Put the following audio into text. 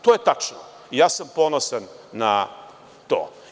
To je tačno i ja sam ponosan na to.